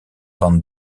van